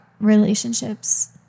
relationships